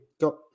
got